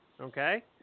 Okay